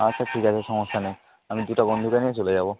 আচ্ছা ঠিক আছে সমস্যা নেই আমি দুটো বন্ধুকে নিয়ে চলে যাব